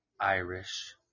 Irish